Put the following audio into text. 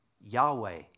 Yahweh